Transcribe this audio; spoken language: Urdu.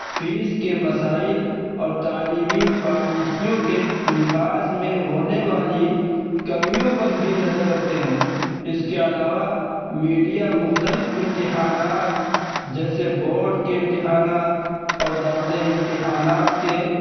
فیس کے مسائل اور تعلیمی پالیسیوں کے نفاذ میں ہونے والی کمیوں پر بھی نظر رکھتے ہیں اس کے علاوہ میڈیا مختلف امتحانات جیسے بورڈ کے امتحانات اور داخلے امتحانات کے